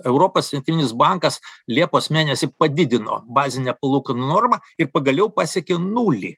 europos centrinis bankas liepos mėnesį padidino bazinę palūkanų normą ir pagaliau pasiekė nulį